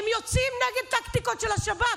הם יוצאים נגד טקטיקות של השב"כ,